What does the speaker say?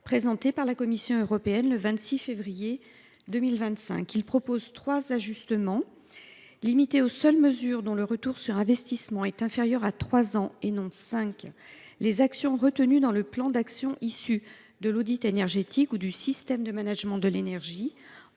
présenté par la Commission européenne le 26 février 2025. Nous proposons trois ajustements. Premièrement, limiter aux seules mesures dont le retour sur investissement est inférieur à trois ans, et non à cinq ans, les actions retenues dans le plan d’action issu de l’audit énergétique ou du système de management de l’énergie,